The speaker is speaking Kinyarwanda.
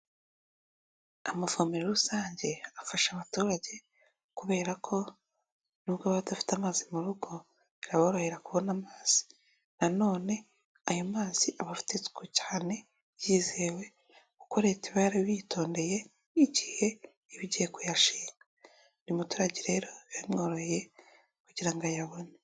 Amavomero rusange afasha abaturage kubera ko nubwo baba badafite amazi mu rugo biraborohera kubona amazi. Nanone aya mazi aba afite isuku cyane yizewe kuko Leta iba yarayitondeye igihe iba igiye kuyashinga. Buri muturage rero biba bimworoheye kugira ngo ayabone.